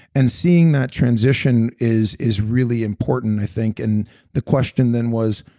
and seeing that transition is is really important, i think. and the question then was,